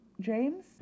James